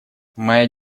моя